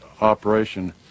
operation